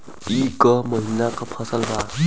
ई क महिना क फसल बा?